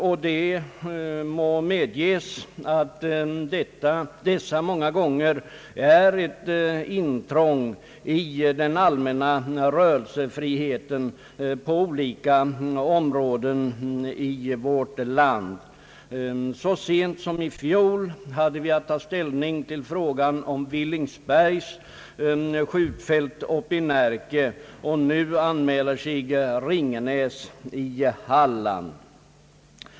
Det skall medges att dessa många gånger är ett intrång i den allmänna rörelsefriheten på olika områden i vårt land. Så sent som i fjol hade vi att ta ställning till frågan om Villingsbergs skjutfält i Närke, och nu anmäler sig frågan om Ringenäs i Halland.